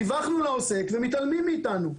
דיווחנו לעוסק ומתעלמים מאתנו.